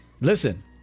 Listen